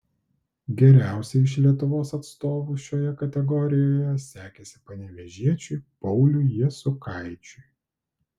geriausiai iš lietuvos atstovų šioje kategorijoje sekėsi panevėžiečiui pauliui jasiukaičiui